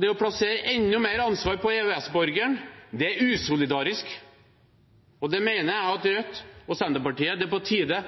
Det å plassere enda mer ansvar på EØS-borgeren er usolidarisk. Jeg mener det er på tide at Rødt og Senterpartiet